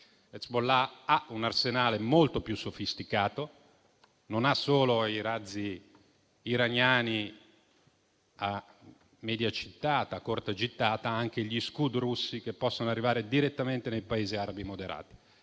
Hezbollah ha un arsenale molto più sofisticato: non ha solo i razzi iraniani a corta gittata, ma ha anche gli Scud russi che possono arrivare direttamente nei Paesi arabi moderati.